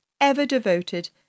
ever-devoted